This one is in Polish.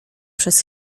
przez